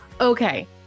Okay